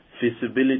feasibility